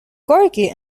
corky